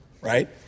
right